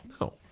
no